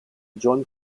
john